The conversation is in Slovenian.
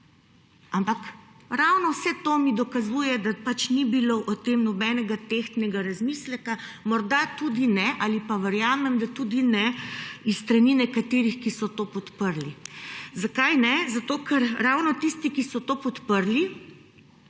Ampak ravno vse to mi dokazuje, da ni bilo o tem nobenega tehtnega razmisleka, morda tudi ne, ali pa verjamem, da tudi ne s strani nekaterih, ki so to podprli. Zakaj ne? Zato, ker ravno tisti, ki so to podprli,